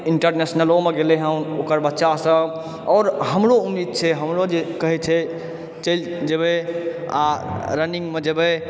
इंटरनेशनलोमे गेलय हँ ओकर बच्चासभ आओर हमरो उम्मीद छै हमरो जे कहय छै चलि जेबय आ रन्निंगमे जेबय